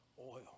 oil